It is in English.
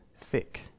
thick